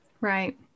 Right